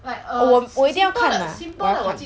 我我一定看 lah 我要看